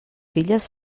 filles